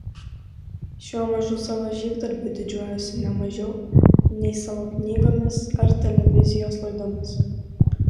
šiuo mažu savo žygdarbiu didžiuojuosi ne mažiau nei savo knygomis ar televizijos laidomis